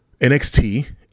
NXT